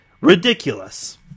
Ridiculous